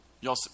Y'all